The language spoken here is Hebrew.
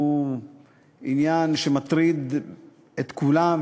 הוא עניין שמטריד את כולם,